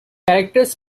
characters